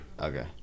Okay